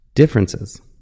Differences